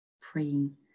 praying